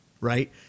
right